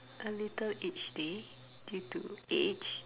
a little each day due to age